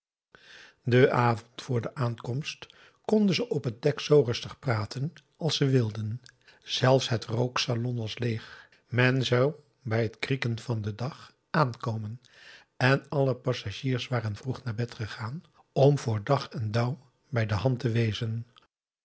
den avond vr de aankomst konden ze op het dek zoo rustig praten als ze wilden zelfs het rooksalon was leeg men zou bij het krieken van den dag aankomen en alle passagiers waren vroeg naar bed gegaan om voor dag en dauw bij de hand te wezen